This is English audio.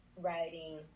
writing